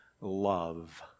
Love